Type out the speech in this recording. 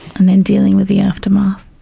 and then dealing with the aftermath.